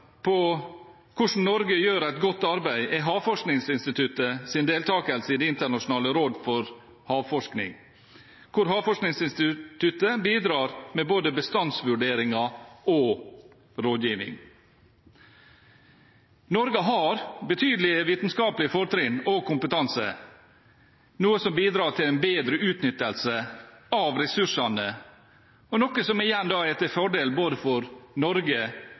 på hvordan Norge gjør et godt arbeid, er Havforskningsinstituttets deltakelse i Det internasjonale råd for havforskning, hvor Havforskningsinstituttet bidrar med både bestandsvurderinger og rådgivning. Norge har betydelige vitenskapelige fortrinn og kompetanse, noe som bidrar til en bedre utnyttelse av ressursene – noe som igjen er til fordel både for Norge